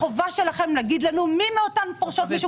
החובה שלכם היא לומר לנו מי מאותן פורשות משוק